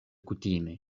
kutime